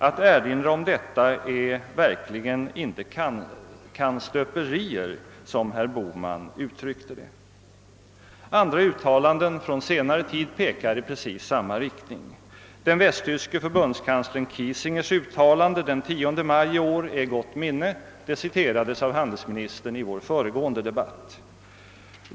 Att erinra om detta är verkligen inte kannstöperier, som herr Bohman uttryckte det. Andra uttalanden från senare tid pekar i precis samma riktning. Den västtyske förbundskanslern Kiesingers uttalande den 10 maj i år är i gott minne; det citerades av handelsministern i vår föregående debätt.